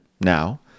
now